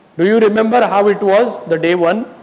do you remember how it was? the day one?